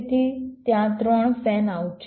તેથી ત્યાં 3 fan out છે